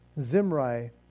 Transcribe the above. Zimri